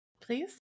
Please